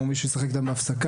או מישהו ישחק איתם בהפסקה,